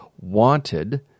wanted